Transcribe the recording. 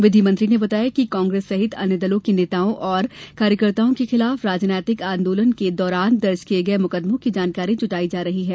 विधि मंत्री ने बताया कि कांग्रेस सहित अन्य दलों के नेताओं और कार्यकर्ताओं के खिलाफ राजनैतिक आंदोलनों के दौरान दर्ज किये गये मुकादमों की जानकारी जुटाई जा रही है